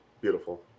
beautiful